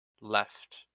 left